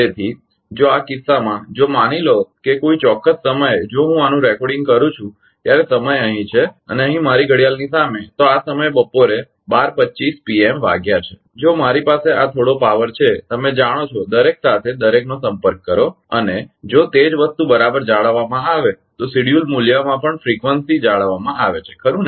તેથી જો આ કિસ્સામાં જો માની લો કે કોઈ ચોક્કસ સમયે જો હું આનું રેકોર્ડિંગ કરું છું ત્યારે સમય અહીં છે અને મારી ઘડિયાળની સામે તો આ સમયે બપોરે 12251225 pm વાગ્યા છે જો મારી પાસે આ થોડો પાવર છે તમે જાણો છો દરેક સાથે દરેકનો સંપર્ક કરો અને જો તે જ વસ્તુ બરાબર જાળવવામાં આવે તો શેડ્યૂલ મૂલ્યમાં પણ ફ્રીકવંસીફ્રીકવંસી જાળવવામાં આવે છે ખરુ ને